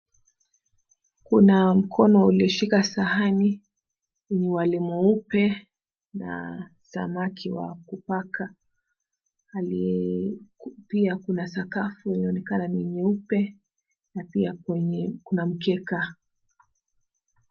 Kuna mkono ulioshika sahani, wali mweupe na samaki wa kupaka. Pia kuna sakafu inaonekana ni nyeupe na pia kuna mkeka.